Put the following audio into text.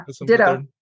ditto